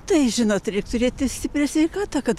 tai žinot reik turėti stiprią sveikatą kad